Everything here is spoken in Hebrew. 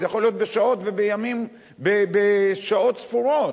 זה יכול להיות בשעות ובימים, בשעות ספורות.